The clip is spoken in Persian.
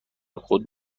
خود